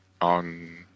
on